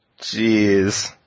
Jeez